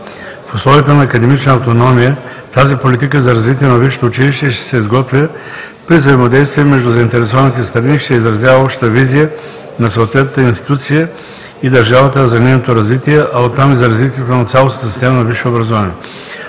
В условията на академична автономия тази политика за развитие на висшето училище ще се изготвя при взаимодействие между заинтересованите страни и ще изразява общата визия на съответната институция и държавата за нейното развитие, а оттам и за развитието на цялостната система за висше образование.